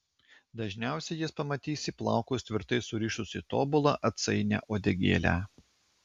dažniausiai jas pamatysi plaukus tvirtai surišus į tobulą atsainią uodegėlę